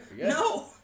No